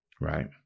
right